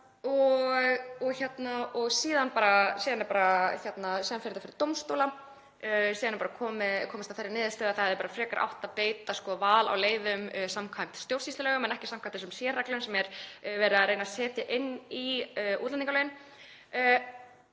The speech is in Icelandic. Síðan fer þetta fyrir dómstóla og svo er komist að þeirri niðurstöðu að það hefði frekar átt að beita vali á leiðum samkvæmt stjórnsýslulögum en ekki samkvæmt þeim sérreglum sem er verið að reyna að setja inn í útlendingalögin.